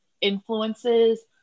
influences